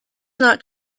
not